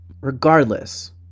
Regardless